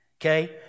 okay